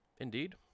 Indeed